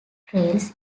trails